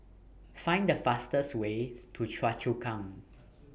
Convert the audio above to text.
Find The fastest Way to Choa Chu Kang